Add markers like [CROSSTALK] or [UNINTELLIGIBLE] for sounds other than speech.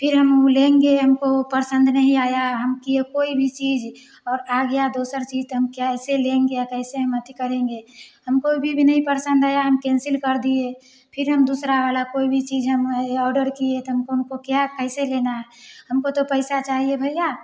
फिर हम उ लेंगे हमको पसंद नही आया हम किए कोई भी चीज़ और आ गया दोसर चीज़ तो हम कैसे लेंगे या कैसे हम [UNINTELLIGIBLE] करेंगे हमको अभी भी नही पसंद आया हम कैंसिल कर दिए फिर हम दूसरा वाला कोई भी चीज़ हम ए ऑर्डर किए तो हमको उनको क्या कैसे लेना है हमको तो पैसा चाहिए भैया